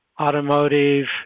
automotive